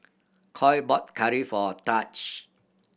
Coy bought curry for Tahj